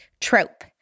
trope